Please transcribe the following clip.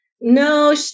No